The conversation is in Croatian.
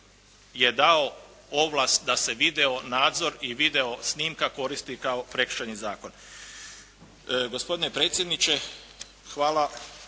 je dao ovlast da se video nadzor i video snimka koristi kao prekršajni zakon.